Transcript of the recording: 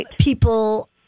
People